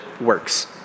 works